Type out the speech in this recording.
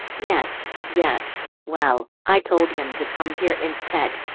yes, yes, well, i told him to come here instead.